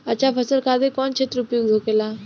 अच्छा फसल खातिर कौन क्षेत्र उपयुक्त होखेला?